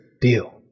deal